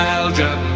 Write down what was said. Belgium